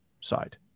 side